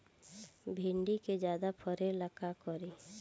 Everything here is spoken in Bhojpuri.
भिंडी के ज्यादा फरेला का करी?